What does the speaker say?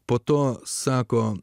po to sako